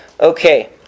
Okay